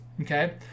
Okay